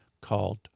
called